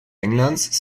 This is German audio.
englands